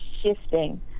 shifting